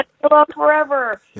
forever